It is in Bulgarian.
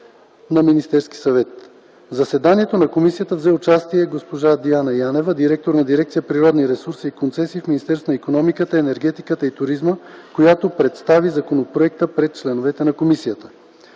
от Министерски съвет. В заседанието на комисията взе участие госпожа Диана Янева – директор на дирекция „Природни ресурси и концесии” в Министерството на икономиката, енергетиката и туризма, която представи законопроекта пред членовете на комисията.